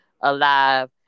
alive